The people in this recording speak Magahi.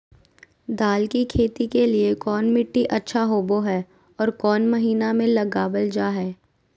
दाल की खेती के लिए कौन मिट्टी अच्छा होबो हाय और कौन महीना में लगाबल जा हाय?